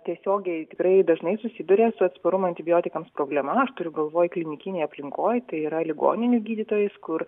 tiesiogiai tikrai dažnai susiduria su atsparumo antibiotikams problema aš turiu galvoj klinikinėj aplinkoj tai yra ligoninių gydytojus kur